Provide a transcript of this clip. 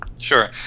Sure